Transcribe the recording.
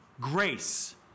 grace